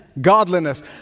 godliness